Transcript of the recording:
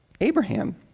Abraham